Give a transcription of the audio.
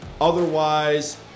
otherwise